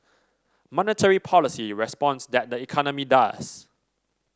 monetary policy responds tat the economy does